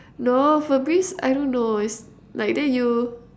no Febreeze I don't know is like then you